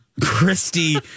Christy